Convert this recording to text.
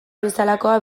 bezalako